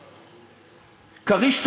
"כריש"